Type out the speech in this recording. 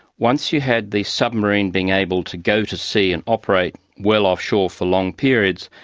once you had the submarine being able to go to sea and operate well offshore for long periods,